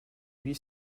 huit